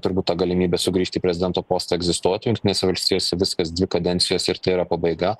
turbūt ta galimybė sugrįžt į prezidento postą egzistuotų jungtinėse valstijose viskas dvi kadencijos ir tai yra pabaiga